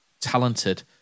talented